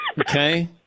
Okay